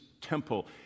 temple